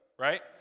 right